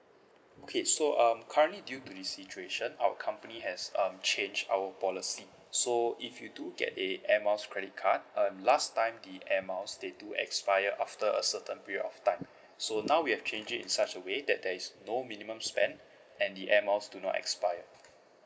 okay so um currently due to the situation our company has um change our policy so if you do get a air miles credit card um last time the air miles they do expire after a certain period of time so now we have change it in such a way that there is no minimum spend and the air miles do not expire